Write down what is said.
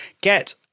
Get